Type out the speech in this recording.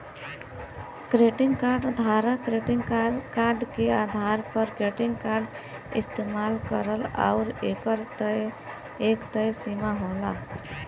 credit card धारक credit के आधार पर क्रेडिट कार्ड इस्तेमाल करलन आउर एकर एक तय सीमा होला